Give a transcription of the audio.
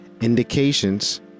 indications